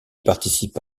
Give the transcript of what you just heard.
participe